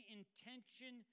intention